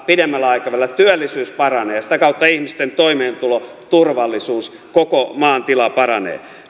pidemmällä aikavälillä työllisyys paranee ja sitä kautta ihmisten toimeentulo turvallisuus koko maan tila paranee